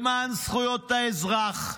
למען זכויות האזרח,